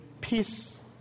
peace